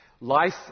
life